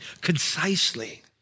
concisely